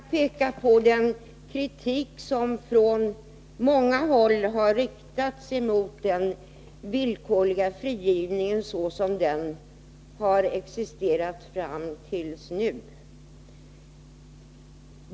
Herr talman! Jag vill bara peka på den kritik som från många håll har riktats mot den villkorliga frigivningen sådan som den har existerat fram till nu.